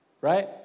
Right